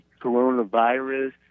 coronavirus